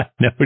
No